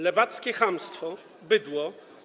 Lewackie chamstwo”, „bydło”